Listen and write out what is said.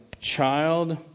child